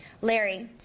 Larry